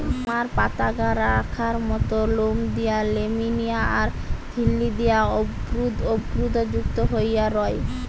summer পাতাগা রেখার মত লোম দিয়া ল্যামিনা আর ঝিল্লি দিয়া অর্বুদ অর্বুদযুক্ত হই রয়